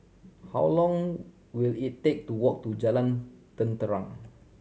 how long will it take to walk to Jalan Terentang